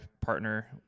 partner